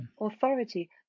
authority